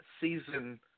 season